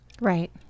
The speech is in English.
Right